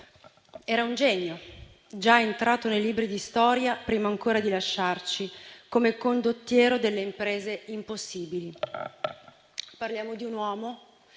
Era un genio, già entrato nei libri di storia prima ancora di lasciarci come condottiero delle imprese impossibili. Parliamo di un uomo,